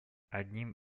одним